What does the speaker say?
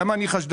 למה אני חשדן,